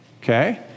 Okay